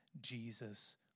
Jesus